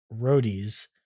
roadies